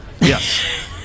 Yes